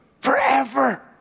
forever